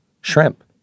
shrimp